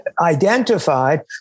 identified